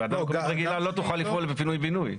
ועדה מקומית רגילה לא תוכל לפעול בפינוי בינוי,